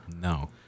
No